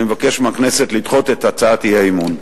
אני מבקש מהכנסת לדחות את הצעת האי-אמון.